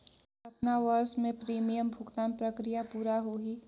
कतना वर्ष मे प्रीमियम भुगतान प्रक्रिया पूरा होही?